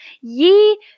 ye